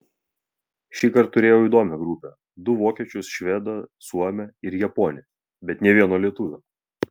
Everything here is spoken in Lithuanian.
šįkart turėjau įdomią grupę du vokiečius švedą suomę ir japonę bet nė vieno lietuvio